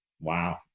wow